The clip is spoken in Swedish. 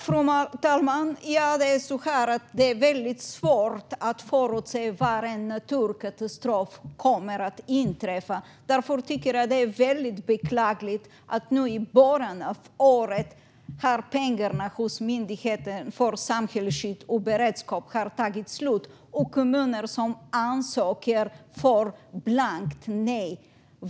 Fru talman! Det är väldigt svårt att förutse var en naturkatastrof kommer att inträffa. Därför tycker jag att det är väldigt beklagligt att pengarna hos Myndigheten för samhällsskydd och beredskap redan nu i början av året har tagit slut. Kommuner som ansöker får blankt nej.